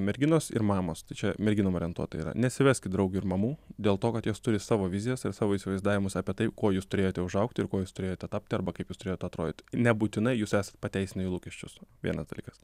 merginos ir mamos čia merginom orientuota yra nesiveskit draugių ir mamų dėl to kad jos turi savo vizijas ir savo įsivaizdavimus apie tai kuo jūs turėjote užaugti ir kuo jūs turėjote tapti arba kaip jūs turėjot atrodyt nebūtinai jūs esat pateisinę jų lūkesčius vienas dalykas